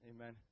amen